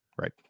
Right